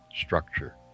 structure